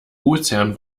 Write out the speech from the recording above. gutsherren